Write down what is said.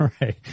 Right